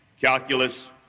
calculus